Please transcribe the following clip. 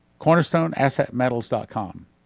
CornerstoneAssetMetals.com